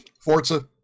Forza